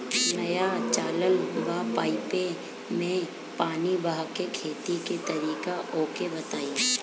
नया चलल बा पाईपे मै पानी बहाके खेती के तरीका ओके बताई?